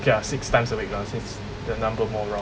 okay lah six times a week lah since the number more round